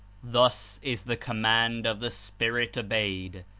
thus is the command of the spirit obeyed,